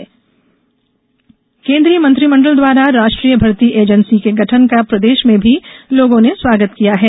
NIA प्रतिकिया केन्द्रीय मंत्रिमण्डल द्वारा राष्ट्रीय भर्ती एजेन्सी के गठन का प्रदेश में भी लोगों ने स्वागत किया है